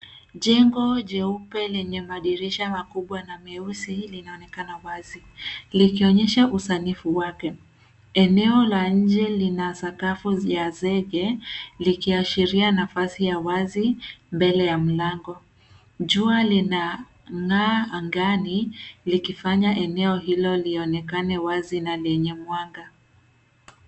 Jengo jeupe lenye madirisha makubwa na meusi linaonekana wazi, likionyesha usanifu wake. Eneo la nje lina sakafu ta zege likiashiria nafasi ya wazi, mbele ya mlango. Jua lina ng'aa angani likifanya eneo hilo lionekane wazi na lenye mwanga.